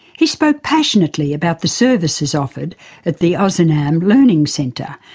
he spoke passionately about the services offered at the ozanam learning centre,